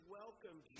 welcome